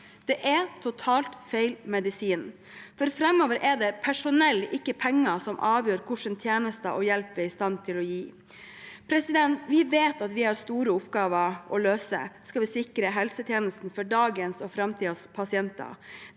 Det er totalt feil medisin, for framover er det personell, ikke penger som avgjør hva slags tjenester og hjelp vi er i stand til å gi. Vi vet at vi har store oppgaver å løse om vi skal sikre helsetjenesten for dagens og framtidens pasienter.